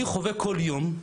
אני חווה כל יום,